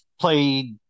played